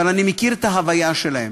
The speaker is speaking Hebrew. אבל אני מכיר את ההוויה שלהם,